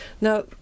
Now